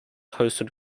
hosted